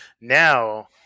Now